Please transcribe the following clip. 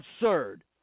absurd